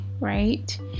right